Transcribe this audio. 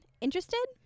Interested